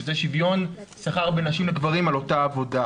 שזה שוויון שכר בין נשים לגברים על אותה עבודה.